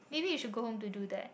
maybe you should go home to do that